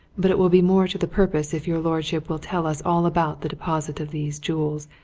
but it will be more to the purpose if your lordship will tell us all about the deposit of these jewels.